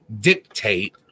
dictate